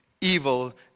evil